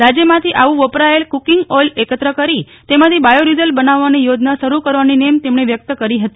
રાજ્યમાંથી આવું વપરાયેલ કુકીંગ ઓઈલ એકત્ર કરી તેમાંથી બાયો ડીઝલ બનાવવાની યોજના શરૂ કરવાની નેમ તેમણે વ્યક્ત કરી હતી